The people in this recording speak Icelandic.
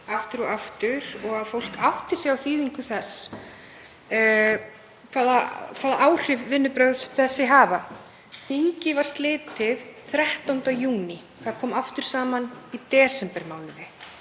aftur og aftur, að fólk átti sig á þýðingu þess hvaða áhrif þessi vinnubrögð hafa. Þingi var slitið 13. júní. Það kom aftur saman í desembermánuði.